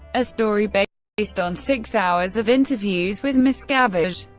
a story based based on six hours of interviews with miscavige.